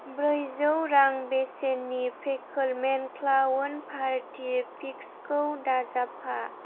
ब्रैजौ रां बेसेननि फेकोलमेन क्लाउन पार्टि पिक्स खौ दाजाबफा